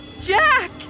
Jack